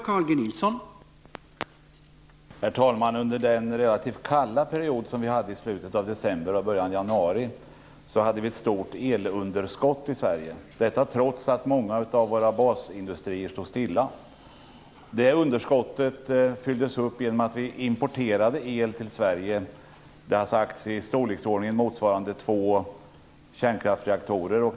Herr talman! Under den relativt kalla perioden i slutet av december och i början av januari hade vi ett stort elunderskott i Sverige; detta trots att många av våra basindustrier står stilla. Det underskottet täcktes genom import av el till Sverige motsvarande, har det sagts, produktionen vid två kärnkraftsreaktorer.